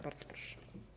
Bardzo proszę.